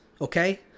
okay